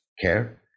care